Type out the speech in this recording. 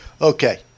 Okay